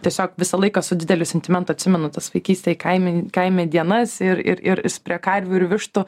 tiesiog visą laiką su dideliu sentimentu atsimenu tas vaikystėj kaimen kaime dienas ir ir ir prie karvių ir vištų